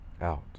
out